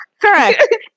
correct